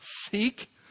seek